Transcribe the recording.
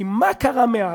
כי, מה קרה מאז?